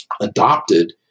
adopted